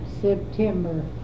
September